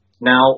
Now